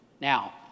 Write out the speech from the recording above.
Now